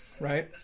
right